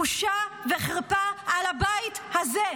בושה וחרפה על הבית הזה,